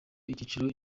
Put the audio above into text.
igiciro